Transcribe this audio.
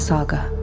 Saga